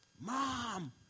Mom